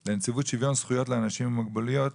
אנחנו עוברים לנציבות שוויון זכויות לאנשים עם מוגבלויות,